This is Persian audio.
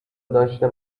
داشته